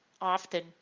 often